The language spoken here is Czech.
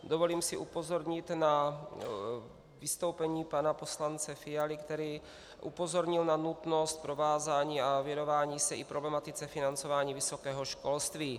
Dovolím si upozornit na vystoupení pana poslance Fialy, který upozornil na nutnost provázání a věnování se i problematice financování vysokého školství.